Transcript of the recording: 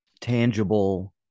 tangible